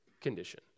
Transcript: condition